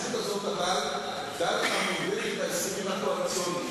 לא בצוות 100 הימים כאשר גיבשנו את המלצותינו,